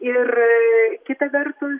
ir kita vertus